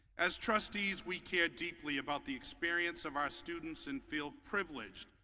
as trustees we care deeply about the experience of our students and feel privileged.